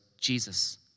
Jesus